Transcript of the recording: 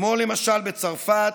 כמו למשל בצרפת,